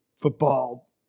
football